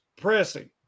pressing